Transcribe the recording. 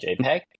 JPEG